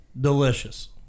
Delicious